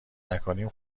نکنیم